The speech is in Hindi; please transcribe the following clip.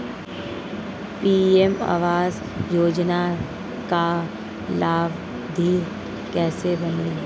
पी.एम आवास योजना का लाभर्ती कैसे बनें?